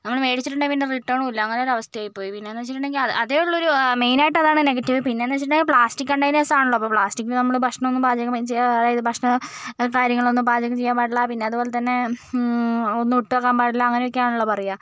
അങ്ങനെ മേടിച്ചിട്ടുണ്ടെങ്കിൽ പിന്നെ റിട്ടേണുമില്ല അങ്ങനെ ഒരു അവസ്ഥയായി പോയി പിന്നെയെന്ന് വെച്ചിട്ടുണ്ടെങ്കിൽ അത് അതേയുള്ളു ഒരു മെയ്നായിട്ട് അതാണ് നെഗറ്റീവ് പിന്നെയെന്ന് വെച്ചിട്ടുണ്ടെങ്കിൽ പ്ലാസ്റ്റിക് കണ്ടൈനേഴ്സാണല്ലോ അപ്പോൾ പ്ലാസ്റ്റിക് നമ്മൾ ഭക്ഷണമൊന്നും പാചകം അതിൽ ചെയ്യുക അതായത് ഭക്ഷണം കാര്യങ്ങളും ഒന്നും പാചകം ചെയ്യാൻ പാടില്ല പിന്നതുപോലെ തന്നെ ഒന്നുമിട്ട് വെക്കാൻ പാടില്ല അങ്ങനെയൊക്കെയാണല്ലോ പറയുക